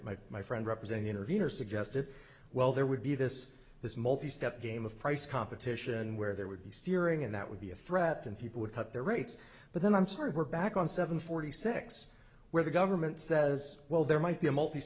my my friend represent the intervenor suggested well there would be this this multi step game of price competition where there would be steering and that would be a threat and people would cut their rates but then i'm sorry we're back on seven forty six where the government says well there might be a multi